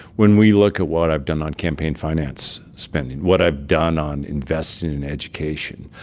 when we look at what i've done on campaign finance spending, what i've done on investing in education,